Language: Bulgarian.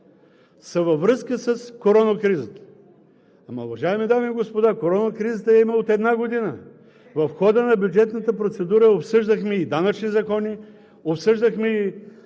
са във връзка с корона кризата. Ама, уважаеми дами и господа, корона кризата я има от една година! В хода на бюджетната процедура обсъждахме и данъчни закони, обсъждахме и